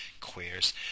Queers